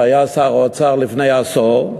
שהיה שר אוצר לפני עשור,